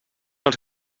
els